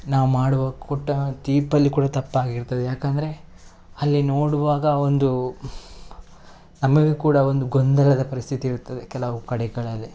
ನಾವು ಮಾಡುವ ಕೊಟ್ಟ ತೀರ್ಪಲ್ಲಿ ಕೂಡ ತಪ್ಪಾಗಿರ್ತದೆ ಏಕಂದ್ರೆ ಅಲ್ಲಿ ನೋಡುವಾಗ ಒಂದು ನಮಗೆ ಕೂಡ ಒಂದು ಗೊಂದಲದ ಪರಿಸ್ಥಿತಿ ಇರುತ್ತದೆ ಕೆಲವು ಕಡೆಗಳಲ್ಲಿ